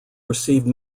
received